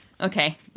Okay